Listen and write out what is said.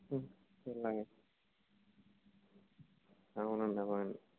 అవునండి అవునండి